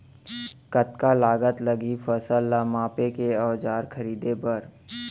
कतका लागत लागही फसल ला मापे के औज़ार खरीदे बर?